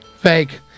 Fake